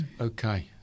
Okay